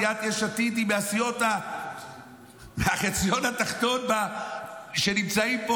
סיעת יש עתיד היא מהסיעות שנמצאות בחציון התחתון בהימצאות כאן,